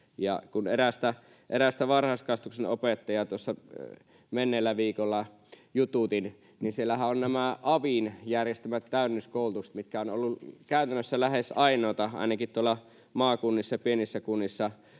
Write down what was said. Kun erästä varhaiskasvatuksen opettajaa tuossa menneellä viikolla jututin, niin siellähän ovat nämä avin järjestelmät täydennyskoulutukset, mitkä ovat olleet käytännössä lähes ainoita laadukkaita koulutuksia ainakin tuolla maakunnissa, pienissä kunnissa,